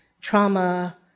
trauma